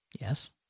yes